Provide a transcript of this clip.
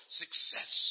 success